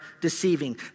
deceiving